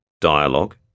dialogue